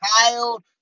Child